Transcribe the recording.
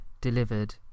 delivered